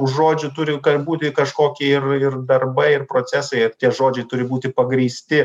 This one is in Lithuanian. už žodžių turi būti kažkokie ir ir darbai ir procesai ir tie žodžiai turi būti pagrįsti